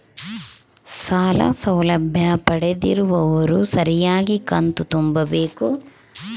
ಸಾಲ ಸೌಲಭ್ಯ ಪಡೆದಿರುವವರು ಸರಿಯಾಗಿ ಕಂತು ತುಂಬಬೇಕು?